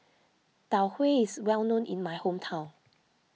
Tau Huay is well known in my hometown